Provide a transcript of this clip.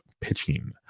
pitching